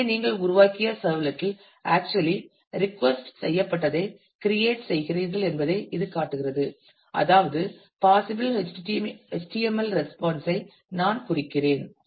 எனவே நீங்கள் உருவாக்கிய சர்வ்லெட் இல் ஆக்சுவலி ரிக்வெஸ்ட் செய்யப்பட்டதை கிரியேட் செய்கிறீர்கள் என்பதை இது காட்டுகிறது அதாவது பாசிபில் HTML ரெஸ்பான்ஸ் ஐ நான் குறிக்கிறேன்